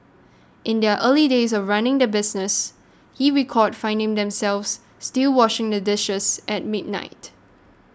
in their early days of running the business he recalled finding themselves still washing the dishes at midnight